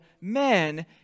men